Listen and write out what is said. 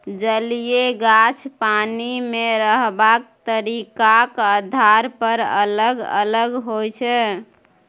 जलीय गाछ पानि मे रहबाक तरीकाक आधार पर अलग अलग होइ छै